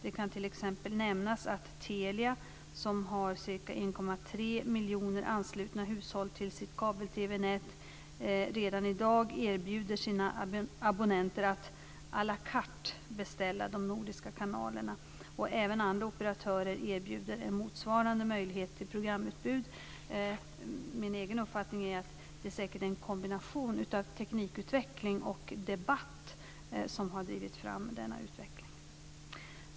Det kan t.ex. nämnas att Telia, som har ca 1,3 miljoner hushåll anslutna till sitt kabel-TV-nät, redan i dag erbjuder sina abonnenter att à la carte beställa de nordiska kanalerna. Även andra operatörer erbjuder en motsvarande möjlighet till programutbud. Min egen uppfattning är att det säkert är en kombination av teknikutveckling och debatt som har drivit fram denna utveckling.